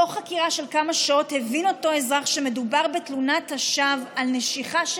תוך חקירה של כמה שעות הבין אותו אזרח שמדובר בתלונת שווא על נשיכה,